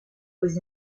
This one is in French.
aux